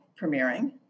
premiering